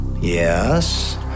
Yes